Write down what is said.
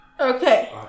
Okay